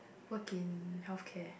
work in healthcare